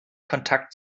kontakt